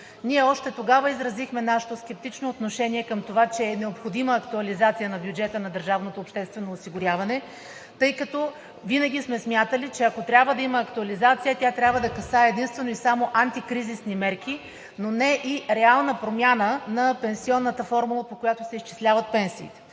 Ние още тогава изразихме нашето скептично отношение към това, че е необходима актуализация на бюджета на държавното обществено осигуряване, тъй като винаги сме смятали, че ако трябва да има актуализация, тя трябва да касае единствено и само антикризисни мерки, но не и реална промяна на пенсионната формула, по която се изчисляват пенсиите.